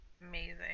Amazing